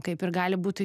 kaip ir gali būti